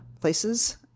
places